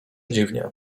dziwnie